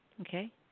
Okay